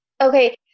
Okay